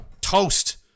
toast